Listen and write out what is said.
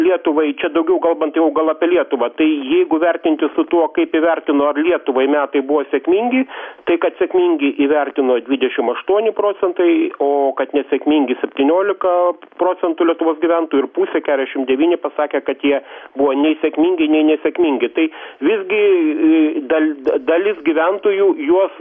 lietuvai čia daugiau kalbant jau gal apie lietuvą tai jeigu vertinti su tuo kaip įvertino lietuvai metai buvo sėkmingi tai kad sėkmingi įvertino dvidešim aštuoni procentai o kad nesėkmingi septyniolika procentų lietuvos gyventojų ir pusė kedešim devyni pasakė kad jie buvo nei sėkmingi nei nesėkmingi tai visgi dal dalis gyventojų juos